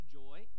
joy